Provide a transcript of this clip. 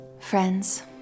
Friends